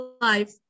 life